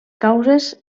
causes